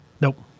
Nope